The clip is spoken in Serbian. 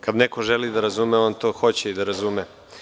Kad neko želi da razume, on to hoće i da razume.